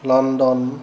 London